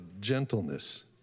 gentleness